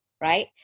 right